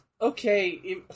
Okay